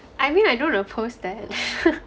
I mean I don't oppose that